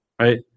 Right